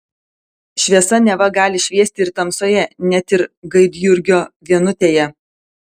šviesa neva gali šviesti ir tamsoje net ir gaidjurgio vienutėje